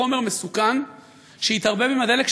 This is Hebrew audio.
חומר מסוכן שהתערבב בדלק,